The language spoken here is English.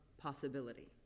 possibility